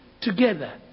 together